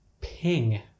Ping